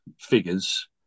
figures